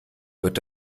wird